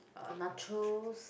uh nachos